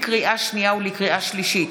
לקריאה שנייה וקריאה שלישית: